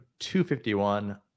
251